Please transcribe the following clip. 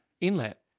inlet